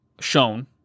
shown